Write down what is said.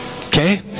Okay